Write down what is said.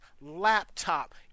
laptop